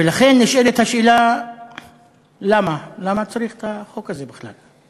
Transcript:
לכן נשאלת השאלה למה צריך את החוק הזה בכלל.